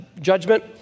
judgment